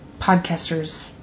podcasters